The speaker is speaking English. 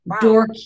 Door